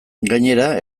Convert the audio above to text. gainera